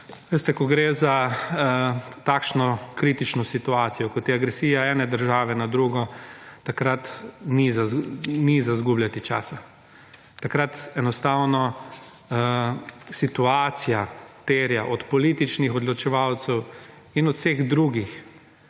Veste, ko gre za takšno kritično situacijo kot je agresija ene države na drugo, takrat ni za izgubljati časa. Takrat enostavno situacija terja od političnih odločevalcev in od vseh drugih,